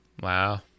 Wow